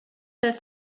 der